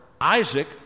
isaac